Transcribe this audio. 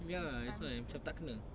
ya that's why macam tak kena